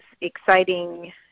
exciting